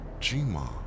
Jima